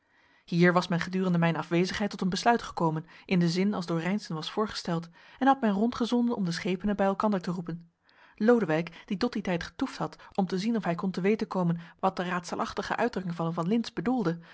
hier was men gedurende mijn afwezigheid tot een besluit gekomen in den zin als door reynszen was voorgesteld en had men rondgezonden om de schepenen bij elkander te roepen lodewijk die tot dien tijd getoefd had om te zien of hij kon te weten komen wat de raadselachtige uitdrukking van van lintz bedoelde